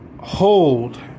hold